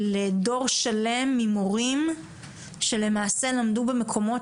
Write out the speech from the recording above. לדור שלם ממורים שלמעשה למדו במקומות